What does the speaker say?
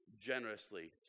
generously